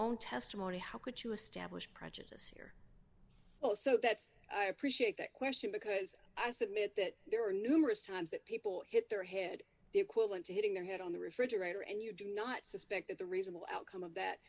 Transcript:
own testimony how could you establish prejudice here well so that's i appreciate that question because i submit that there are numerous times that people hit their head equivalent to hitting their head on the refrigerator and you do not suspect that the reasonable outcome of that